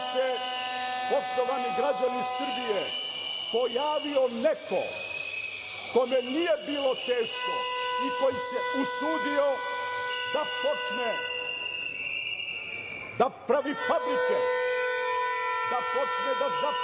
se, poštovani građani Srbije, pojavio neko kome nije bilo teško i koji se usudio da počne da pravi fabrike, da počne da zapošljava